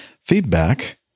feedback